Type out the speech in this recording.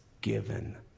given